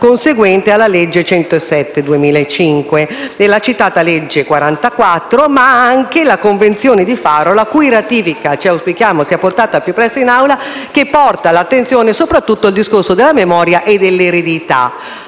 conseguente alla legge n. 107 del 2015, alla citata legge n. 44 del 2017, ma anche la Convenzione di Farola, la cui ratifica ci aspettiamo sia portata al più presto in questa sede, che porta all'attenzione soprattutto il discorso della memoria e dell'eredità.